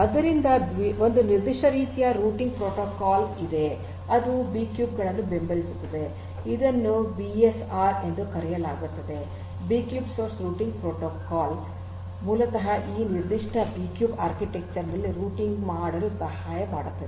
ಆದ್ದರಿಂದ ಒಂದು ನಿರ್ದಿಷ್ಟ ರೀತಿಯ ರೂಟಿಂಗ್ ಪ್ರೋಟೋಕಾಲ್ ಇದೆ ಅದು ಈ ಬಿಕ್ಯೂಬ್ ಗಳನ್ನು ಬೆಂಬಲಿಸುತ್ತದೆ ಇದನ್ನು ಬಿಎಸ್ಆರ್ ಎಂದು ಕರೆಯಲಾಗುತ್ತದೆ ಬಿಕ್ಯೂಬ್ ಸೋರ್ಸ್ ರೂಟಿಂಗ್ ಪ್ರೊಟೊಕಾಲ್ ಮೂಲತಃ ಈ ನಿರ್ದಿಷ್ಟ ಬಿಕ್ಯೂಬ್ ಆರ್ಕಿಟೆಕ್ಚರ್ ನಲ್ಲಿ ರೂಟಿಂಗ್ ಮಾಡಲು ಸಹಾಯ ಮಾಡುತ್ತದೆ